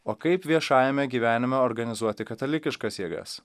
o kaip viešajame gyvenime organizuoti katalikiškas jėgas